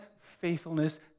faithfulness